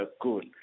good